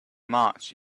march